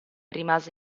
rimase